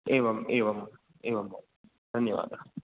एवम् एवम् एवं वा धन्यवादः